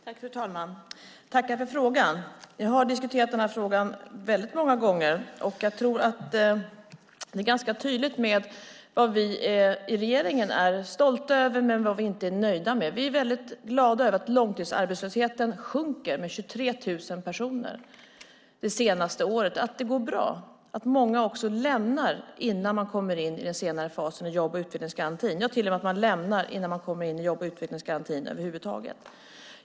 Fru talman! Jag tackar för frågan. Jag har diskuterat den väldigt många gånger, och jag tror att det är ganska tydligt vad vi i regeringen är stolta över men vad vi inte är nöjda med. Vi är väldigt glada över att långtidsarbetslösheten har sjunkit med 23 000 personer det senaste året, att det går bra, att många också lämnar innan de kommer in i den senare fasen av jobb och utvecklingsgarantin, att man till och med lämnar innan man kommer in i jobb och utvecklingsgarantin över huvud taget.